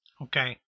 Okay